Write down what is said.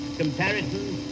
comparisons